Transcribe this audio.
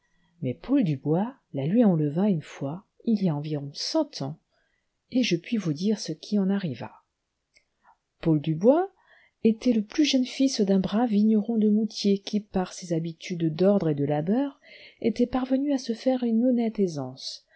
mais paul dubois la lui enleva une fois il y a environ cent ans et je puis vous dire ce qui en arriva paul dubois était le plus jeune fils d'un brave vigneron de mouthiers qui par ses habitudes d'ordre et de labeur était parvenu à se faire une honnête aisance